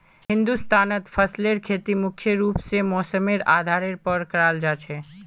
हिंदुस्तानत फसलेर खेती मुख्य रूप से मौसमेर आधारेर पर कराल जा छे